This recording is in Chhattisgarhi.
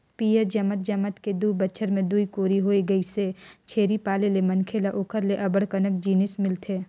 पियंर जमत जमत के दू बच्छर में दूई कोरी होय गइसे, छेरी पाले ले मनखे ल ओखर ले अब्ब्ड़ अकन जिनिस मिलथे